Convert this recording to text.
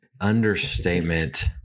understatement